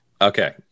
Okay